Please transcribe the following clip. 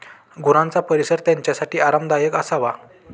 गुरांचा परिसर त्यांच्यासाठी आरामदायक असावा